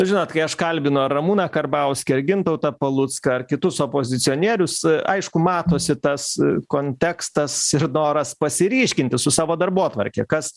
žinot kai aš kalbino ramūną karbauskį ar gintautą palucką ar kitus opozicionierius aišku matosi tas kontekstas ir doras pasiryškinti su savo darbotvarke kas